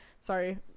sorry